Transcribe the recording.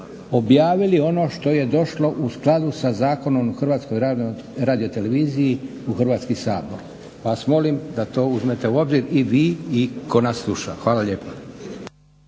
objavili ono što je došlo u skladu s Zakonom o HRT-u u Hrvatski sabor pa vas molim da to uzmete u obzir i vi i tko nas sluša. Hvala lijepa.